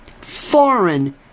Foreign